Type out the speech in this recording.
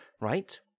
right